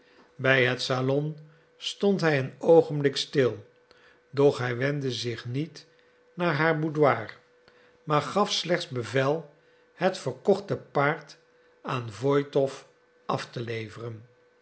bij het salon stond hij een oogenblik stil doch hij wendde zich niet naar haar boudoir maar gaf slechts bevel het verkochte paard aan woitow af te leveren